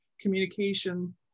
communication